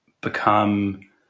become